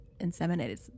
inseminated